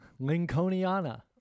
Lincolniana